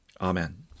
Amen